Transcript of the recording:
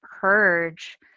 purge